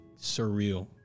surreal